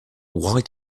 why